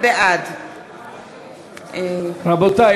בעד רבותי,